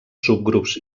subgrups